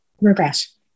regress